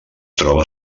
troba